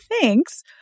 thanks